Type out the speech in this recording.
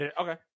okay